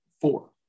Four